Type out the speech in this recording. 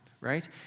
right